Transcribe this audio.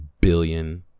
billion